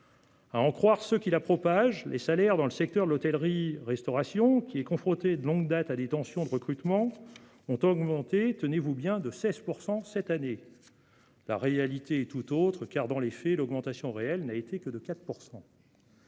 À en croire ceux qui la propagent, les salaires dans le secteur de l'hôtellerie-restauration, qui est confronté de longue date à des tensions de recrutement, ont augmenté- tenez-vous bien ! -de 16 % cette année. La réalité est tout autre : dans les faits, l'augmentation réelle n'a été que de 4 %.